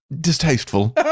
distasteful